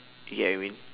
you get what I mean